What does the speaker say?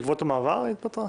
בעקבות המעבר היא התפטרה?